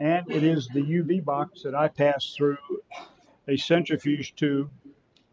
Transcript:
and it is the uv box that i passed through a centrifuge to